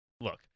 look